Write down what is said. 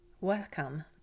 Welcome